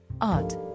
Art